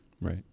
Right